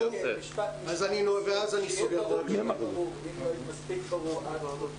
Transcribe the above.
אם לא הייתי מספיק ברור עד כה,